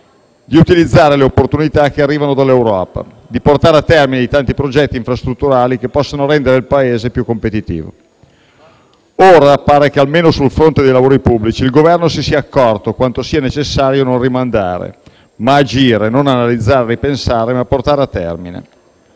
di utilizzare le opportunità che arrivano dall'Europa, di portare a termine i tanti progetti infrastrutturali che possono rendere il Paese più competitivo. Ora pare che almeno sul fronte dei lavori pubblici il Governo si sia accorto di quanto sia necessario non rimandare ma agire, non analizzare e ripensare ma portare a termine.